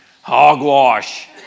Hogwash